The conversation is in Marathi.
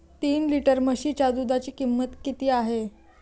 तीन लिटर म्हशीच्या दुधाची किंमत किती आहे?